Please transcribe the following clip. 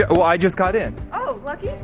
ah well i just got in. oh lucky.